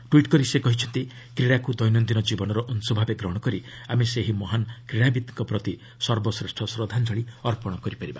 tweet କରି ସେ କହିଛନ୍ତି କ୍ରୀଡ଼ାକୁ ଦୈନନ୍ଦିନ ଜୀବନର ଅଂଶ ଭାବେ ଗ୍ରହଣ କରି ଆମେ ସେହି ମହାନ୍ କ୍ରୀଡ଼ାବିତ୍ଙ୍କ ପ୍ରତି ସର୍ବଶ୍ରେଷ୍ଠ ଶ୍ରଦ୍ଧାଞ୍ଜଳି ଅର୍ପଣ କରିପାରିବା